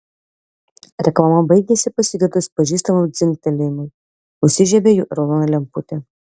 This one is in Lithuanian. reklama baigėsi pasigirdus pažįstamam dzingtelėjimui užsižiebė raudona lemputė